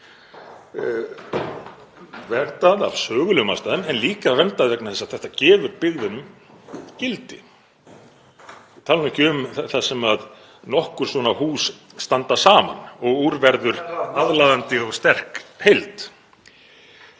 verndað af sögulegum ástæðum en líka verndað vegna þess að þetta gefur byggðunum gildi. Ég tala nú ekki um þar sem nokkur svona hús standa saman og úr verður aðlaðandi og sterk heild.